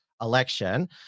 election